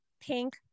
Pink